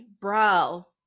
bro